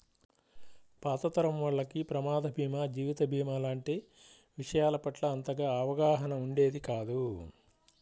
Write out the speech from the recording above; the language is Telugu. పాత తరం వాళ్లకి ప్రమాద భీమా, జీవిత భీమా లాంటి విషయాల పట్ల అంతగా అవగాహన ఉండేది కాదు